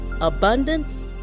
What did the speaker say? abundance